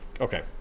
Okay